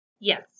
Yes